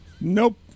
Nope